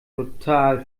total